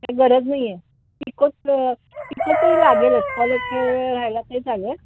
काय गरज नाही आहे पिकोचं पिको तरी लागेलच फॉल एक वेळ राहिला तरी चालेल